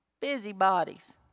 busybodies